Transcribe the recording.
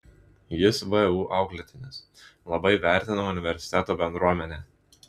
jis vu auklėtinis labai vertina universiteto bendruomenę